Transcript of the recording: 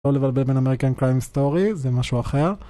לא לבלבל בין American Crime Story, זה משהו אחר.